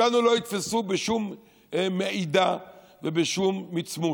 אותנו לא יתפסו בשום מעידה ובשום מצמוץ.